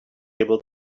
able